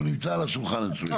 הוא נמצא על השולחן אצלנו.